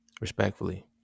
respectfully